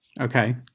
Okay